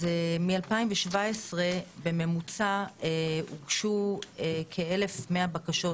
מ-2017 הוגשו בממוצע כ-1,100 בקשות